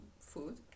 food